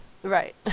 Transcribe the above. Right